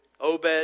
Obed